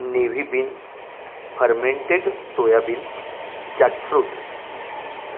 navy beans fermented soya beans jackfruit